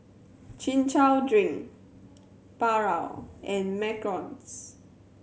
Chin Chow drink Paru and Macarons